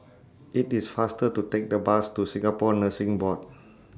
IT IS faster to Take The Bus to Singapore Nursing Board